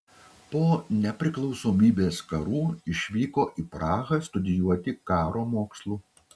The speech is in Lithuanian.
po nepriklausomybės karų išvyko į prahą studijuoti karo mokslų